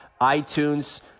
iTunes